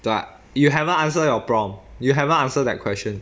dude you haven't answer your prompt you haven't answer that question